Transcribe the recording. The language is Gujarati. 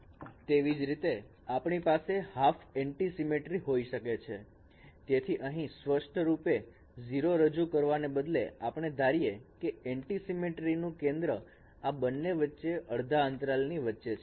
તેવી જ રીતે આપણી પાસે હાફ એન્ટિ સિમેટ્રી હોઈ શકે છે તેથી અહીં સ્પષ્ટ રૂપે 0 રજુ કરવાને બદલે આપણે ધારીએ કે એન્ટ્રીસિમેટ્રી નું કેન્દ્ર આ બંને વચ્ચેના અડધા અંતરાલ ની વચ્ચે છે